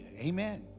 Amen